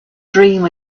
dream